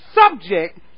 subject